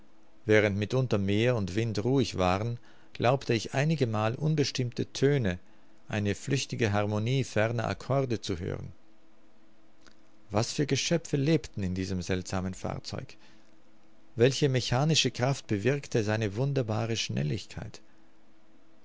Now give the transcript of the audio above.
während mitunter meer und wind ruhig waren glaubte ich einigemal unbestimmte töne eine flüchtige harmonie ferner accorde zu hören was für geschöpfe lebten in diesem seltsamen fahrzeug welche mechanische kraft bewirkte seine wunderbare schnelligkeit